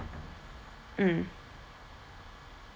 mm